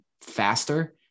faster